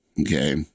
okay